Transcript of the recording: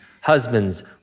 husbands